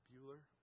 Bueller